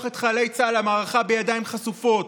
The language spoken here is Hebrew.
את חיילי צה"ל למערכה בידיים חשופות,